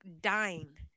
dying